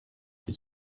icyo